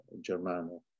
Germano